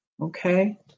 okay